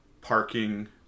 parking